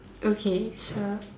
okay sure